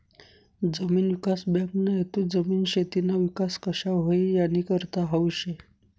जमीन विकास बँकना हेतू जमीन, शेतीना विकास कशा व्हई यानीकरता हावू शे